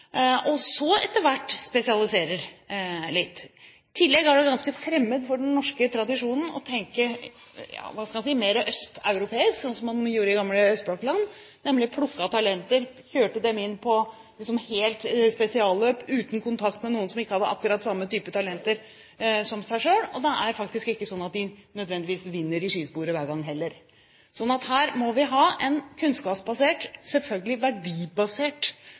og så etter hvert spesialiserer litt. I tillegg er det ganske fremmed for den norske tradisjonen å tenke mer østeuropeisk og gjøre som man gjorde i gamle østblokkland, nemlig å plukke talenter og kjøre dem inn i spesialløp, uten kontakt med noen som ikke har akkurat samme type talenter som en selv. Det er faktisk ikke sånn at de nødvendigvis vinner i skisporet hver gang heller. Så her må vi ha en kunnskapsbasert, og selvfølgelig verdibasert,